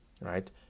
Right